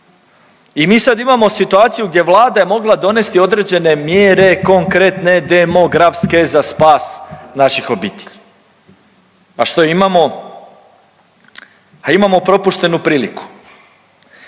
I mi sad imamo situaciju gdje Vlada je mogla donesti određene mjere konkretne demografske za spas naših obitelji, a što imamo? Ha imamo propuštenu priliku.